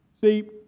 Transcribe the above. See